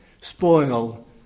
spoil